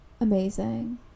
amazing